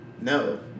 No